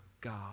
God